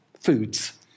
Foods